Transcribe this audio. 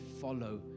follow